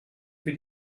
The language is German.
für